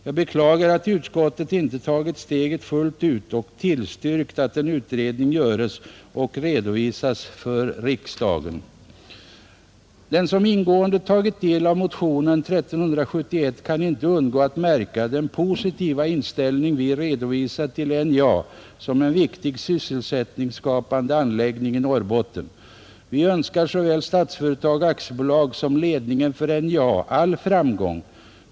Jag beklagar att utskottet inte tagit steget fullt ut och tillstyrkt att en utredning göres och redovisas för riksdagen. Den som ingående tagit del av motionen 1371 kan inte undgå att märka den positiva inställning vi redovisat till NJA som en viktig sysselsättningsskapande anläggning i Norrbotten, Vi önskar såväl Statsföretag AB som ledningen för NJA all framgång.